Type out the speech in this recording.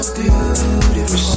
beautiful